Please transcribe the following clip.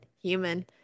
human